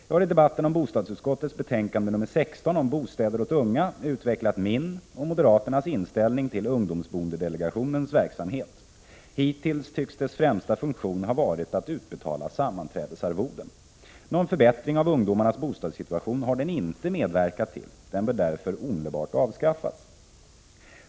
Jag har i debatten om bostadsutskottets betänkande nr 16 om bostäder åt unga utvecklat min och moderaternas inställning till ungdomsboendedelegationens verksamhet. Hittills tycks dess främsta funktion ha varit att utbetala sammanträdesarvoden. Någon förbättring av ungdomarnas bostadssituation har den inte medverkat till. Den bör därför omedelbart avskaffas.